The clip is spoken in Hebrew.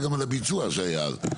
וגם על הביצוע שהיה אז.